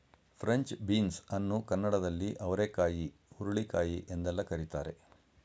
French beans ಅನ್ನು ಕನ್ನಡದಲ್ಲಿ ಅವರೆಕಾಯಿ ಹುರುಳಿಕಾಯಿ ಎಂದೆಲ್ಲ ಕರಿತಾರೆ